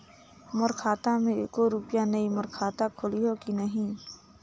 मोर खाता मे एको रुपिया नइ, मोर खाता खोलिहो की नहीं?